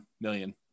million